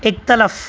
इख़्तिलाफ़ु